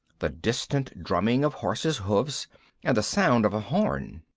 the distant drumming of horses' hoofs and the sound of a horn.